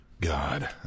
God